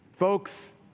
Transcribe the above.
Folks